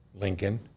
Lincoln